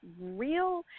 real